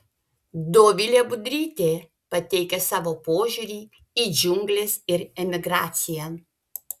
dovilė budrytė pateikia savo požiūrį į džiungles ir emigraciją